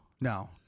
no